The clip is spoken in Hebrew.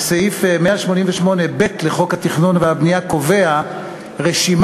סעיף 188(ב) לחוק התכנון והבנייה קובע רשימת